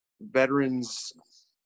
veterans